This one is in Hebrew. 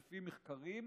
לפי מחקרים,